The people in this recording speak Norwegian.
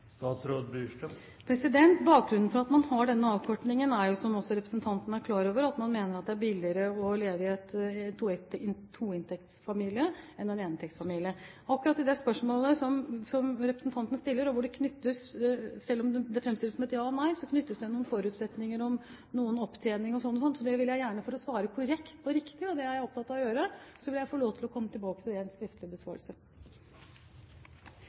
Bakgrunnen for at man har denne avkortingen, er jo, som også representanten er klar over, at man mener at det er billigere å leve i en toinntektsfamilie enn i en eninntektsfamilie. Når det gjelder akkurat det spørsmålet som representanten stiller – selv om det framstilles som et ja eller nei – så knyttes det noen forutsetninger om opptjening osv. til det. Så for å svare korrekt og riktig, og det er jeg opptatt av å gjøre, vil jeg få lov til å komme tilbake til det i en skriftlig besvarelse.